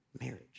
marriage